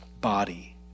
body